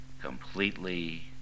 completely